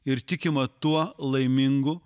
ir tikima tuo laimingu